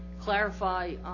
clarify